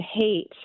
hate